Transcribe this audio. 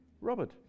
Robert